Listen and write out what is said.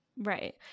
Right